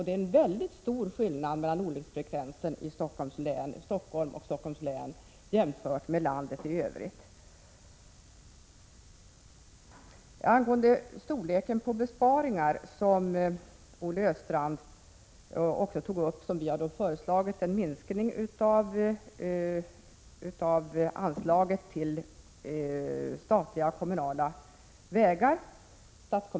Det är en mycket stor skillnad mellan olycksfrekvensen i Stockholm och Stockholms län jämfört med landet i övrigt. Olle Östrand tog också upp vårt förslag till minskning av anslaget till statliga och kommunala vägar.